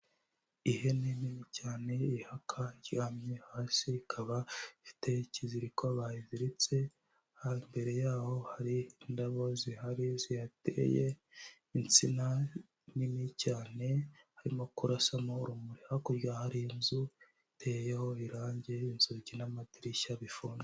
Ihene nini cyane ihaka, iryamye hasi, ikaba ifite ikiziriko bayizitse, imbere yaho hari indabo zihari zihateye, insina nini cyane, harimo kurasamo urumuri, hakurya hari inzu iteyeho irangi, inzugi n'amadirishya bifunze.